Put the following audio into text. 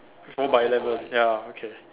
four by eleven ya okay